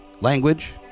language